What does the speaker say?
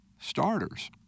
starters